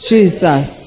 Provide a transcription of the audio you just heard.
Jesus